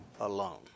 alone